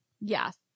Yes